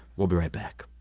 we'll be right back